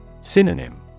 Synonym